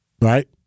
right